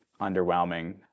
underwhelming